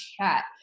chat